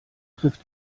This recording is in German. trifft